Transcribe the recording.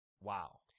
Wow